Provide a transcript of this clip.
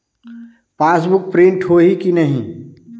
Passbook print होही कि नहीं?